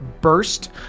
burst